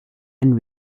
and